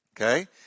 Okay